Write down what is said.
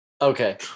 okay